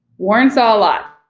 warren saw a lot.